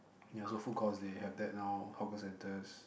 ya so food courts they have that now and hawker centres